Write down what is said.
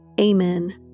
Amen